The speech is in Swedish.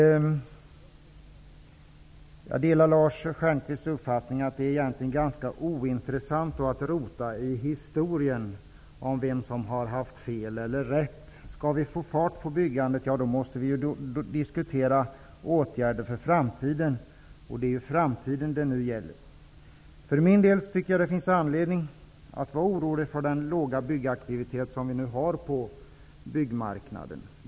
Jag delar Lars Stjernkvists uppfattning att det egentligen är ganska ointressant att rota i historien för att se vem som har haft fel eller rätt. Skall vi få fart på byggandet måste vi diskutera åtgärder för framtiden, och det är framtiden som det nu gäller. För min del tycker jag att det finns anledning att vara orolig för den låga aktivitet som vi nu har på byggarbetsmarknaden.